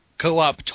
co-op